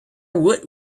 woot